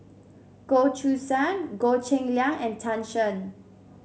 Goh Choo San Goh Cheng Liang and Tan Shen